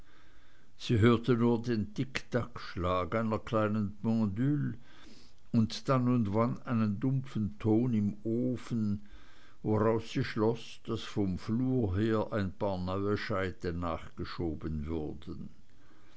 sie hörte nur den ticktackschlag einer kleinen pendüle und dann und wann einen dumpfen ton im ofen woraus sie schloß daß vom flur her ein paar neue scheite nachgeschoben würden